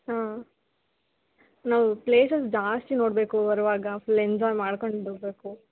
ಹಾಂ ನಾವು ಪ್ಲೇಸಸ್ ಜಾಸ್ತಿ ನೋಡಬೇಕು ಬರುವಾಗ ಫುಲ್ ಎಂಜಾಯ್ ಮಾಡಿಕೊಂಡು ಬರಬೇಕು